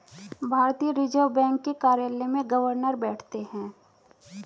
भारतीय reserve bank के कार्यालय में गवर्नर बैठते हैं